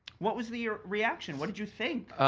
what was the reaction, what did you think?